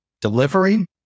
delivery